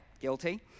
guilty